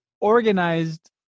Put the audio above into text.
organized